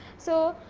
so,